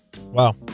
wow